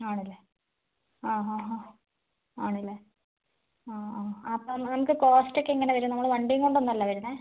ആണല്ലേ ആ ആ ആ ആണല്ലേ ആ ആ അപ്പം നമുക്ക് കോസ്റ്റ് ഒക്കെ എങ്ങനെ വരും നമ്മൾ വണ്ടിയും കൊണ്ടൊന്നുമല്ല വരുന്നത്